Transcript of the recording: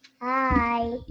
hi